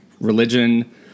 religion